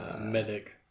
medic